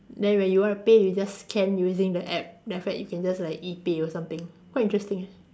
then when you want to pay you just scan using the app then after that you can just like E pay or something quite interesting